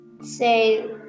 say